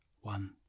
One